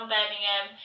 Birmingham